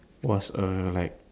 was err like